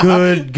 Good